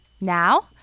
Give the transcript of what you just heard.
Now